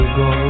go